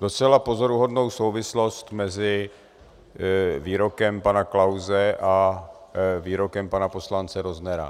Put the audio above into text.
docela pozoruhodnou souvislost mezi výrokem pana Klause a výrokem pana poslance Roznera.